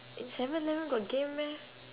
in seven eleven got game meh